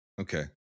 okay